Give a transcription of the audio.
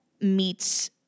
meets